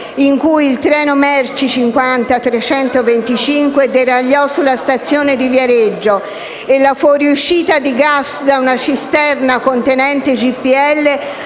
in cui il treno merci 50325 deragliò nella stazione di Viareggio e la fuoriuscita di gas da una cisterna continente GPL